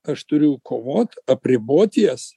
aš turiu kovot apribot jas